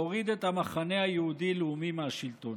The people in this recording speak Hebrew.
להוריד את המחנה היהודי-לאומי מהשלטון.